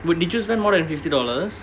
but did you spend more than fifty dollars